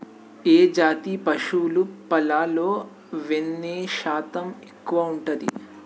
ఏ జాతి పశువుల పాలలో వెన్నె శాతం ఎక్కువ ఉంటది?